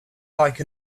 like